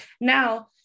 Now